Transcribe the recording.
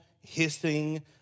hissing